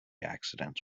accidents